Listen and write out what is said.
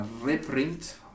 reprint